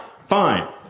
fine